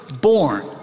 born